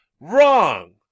Wrong